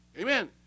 amen